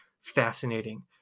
fascinating